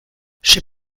she